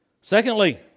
Secondly